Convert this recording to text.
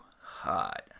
hot